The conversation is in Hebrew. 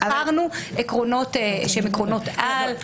בחרנו עקרונות שהם עקרונות על,